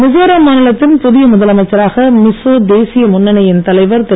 மிசோராம் மாநிலத்தின் புதிய முதலமைச்சராக மிசோ தேசிய முன்னணியின் தலைவர் திரு